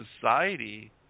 society